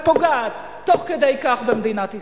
ופוגעת תוך כדי כך במדינת ישראל.